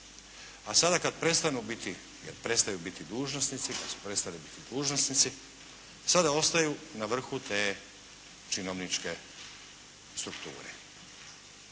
A sada kad prestaju biti dužnosnici, tj. prestali biti dužnosnici sada ostaju na vrhu te činovničke strukture.